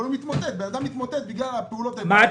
אבל בן אדם מתמוטט בגלל פעולות האיבה.